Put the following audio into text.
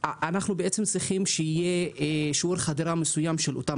אנחנו צריכים שיהיה שיעור חדירה מסוים של אותן